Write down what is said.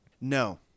No